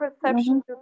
perception